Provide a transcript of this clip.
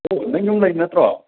hello ꯅꯪ ꯌꯨꯝ ꯂꯩꯔꯤ ꯅꯠꯇ꯭ꯔꯣ